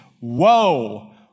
woe